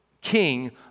king